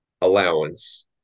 allowance